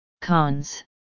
Cons